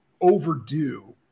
overdue